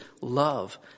love